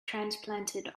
transplanted